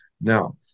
now